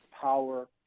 power